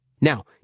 Now